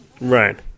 Right